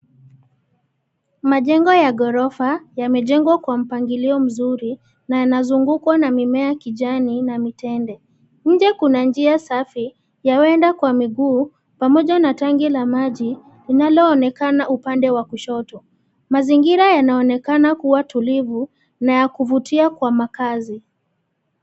Majengo ya ghorofa yamejengwa kwa mpangilio mzuri, na yanazungukwa na mimea kijani na mitende, nje kuna njia safi, ya waenda kwa miguu, pamoja na tanki la maji, linaloonekana upande wa kushoto, mazingira yanaonekana kuwa tulivu, na ya kuvutia kwa makazi.